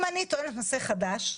אני רוצה לטעון טענת נושא חדש,